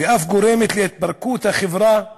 ואף גורמת להתפרקות החברה ולחולשתה.